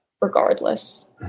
regardless